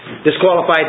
Disqualified